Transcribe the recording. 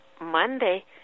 Monday